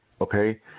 Okay